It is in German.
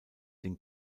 den